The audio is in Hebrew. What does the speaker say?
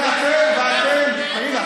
ואתם, אתה